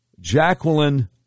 Jacqueline